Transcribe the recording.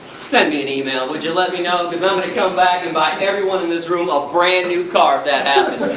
send me an email, would you let me know, because i'm gonna come back and buy everyone in this room a brand new car if that happens.